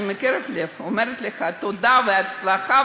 אני מקרב לב אומרת לך תודה והצלחה,